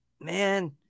man